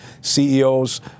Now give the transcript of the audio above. CEOs